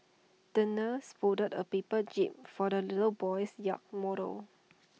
the nurse folded A paper jib for the little boy's yacht model